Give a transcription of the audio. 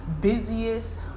busiest